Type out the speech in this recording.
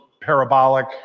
parabolic